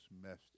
messed